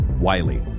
Wiley